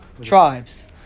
tribes